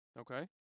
Okay